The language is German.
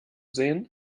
sehen